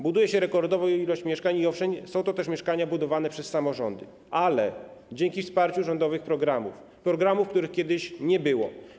Buduje się rekordową ilość mieszkań i owszem, są to też mieszkania budowane przez samorządy, ale dzięki wsparciu rządowych programów, których kiedyś nie było.